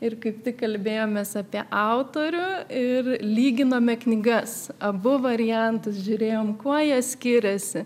ir kaip tik kalbėjomės apie autorių ir lyginome knygas abu variantus žiūrėjom kuo jie skiriasi